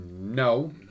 No